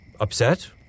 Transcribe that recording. upset